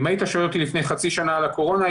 אם היית שואל אותי לפני חצי שנה על הקורונה,